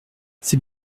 ces